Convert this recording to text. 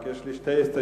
רק יש לי שתי הסתייגויות,